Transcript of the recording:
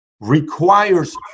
requires